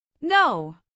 No